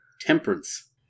Temperance